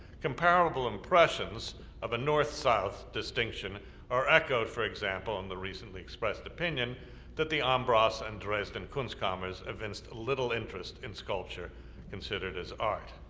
comparable impressions of a north-south distinction are echoed for example in the recently expressed opinion that the ambras and dresden kunstkammer evinced little interest in sculpture considered as art.